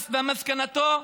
מסקנתו: